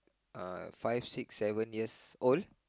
uh fix six seven years old